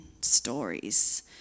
stories